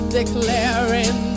declaring